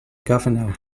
governor